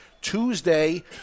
Tuesday